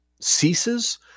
ceases